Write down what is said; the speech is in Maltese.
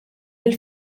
lill